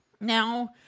Now